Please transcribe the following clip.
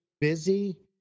busy